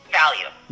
value